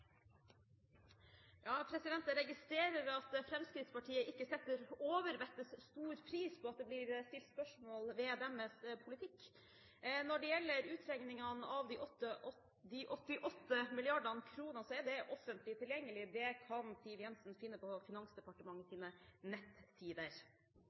Jeg registrerer at Fremskrittspartiet ikke setter overvettes stor pris på at det blir stilt spørsmål ved deres politikk. Når det gjelder utregningene av de 88 mrd. kr, er det offentlig tilgjengelig. Det kan Siv Jensen finne på